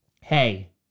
Hey